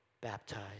baptized